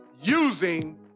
using